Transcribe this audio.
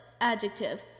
adjective